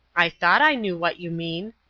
i thought i knew what you mean,